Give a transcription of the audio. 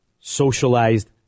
Socialized